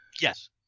yes